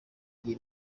igihe